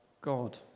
God